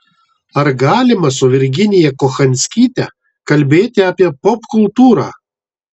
ar galima su virginija kochanskyte kalbėti apie popkultūrą